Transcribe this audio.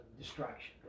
distraction